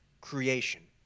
creation